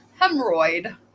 hemorrhoid